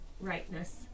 rightness